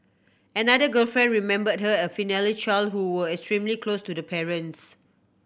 another girlfriend remembered her as a filial child who was extremely close to the parents